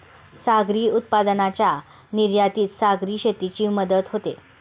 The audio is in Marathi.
सागरी उत्पादनांच्या निर्यातीत सागरी शेतीची मदत होते